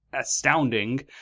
astounding